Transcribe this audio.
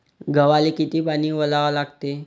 गव्हाले किती पानी वलवा लागते?